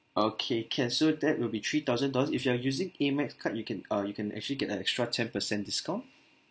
okay can so that will be three thousand dollars if you are using amex card you can uh you can actually get a extra ten percent discount